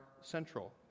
central